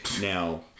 Now